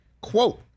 Quote